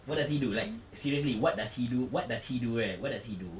what does he do like seriously what does he do what does he do right what does he do